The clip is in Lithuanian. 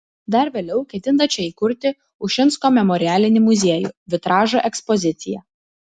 dar vėliau ketinta čia įkurti ušinsko memorialinį muziejų vitražo ekspoziciją